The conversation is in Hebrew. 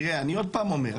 תראה, אני עוד פעם אומר.